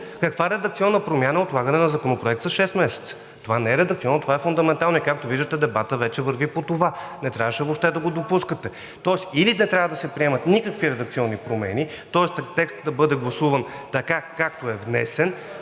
Каква редакционна промяна е отлагане на законопроект с шест месеца?! Това не е редакционна, това е фундаментална и както виждате, дебатът вече върви по това. Не трябваше въобще да го допускате. Тоест, или не трябва да се приемат никакви редакционни промени, тоест текстът да бъде гласуван така, както е внесен,